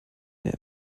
der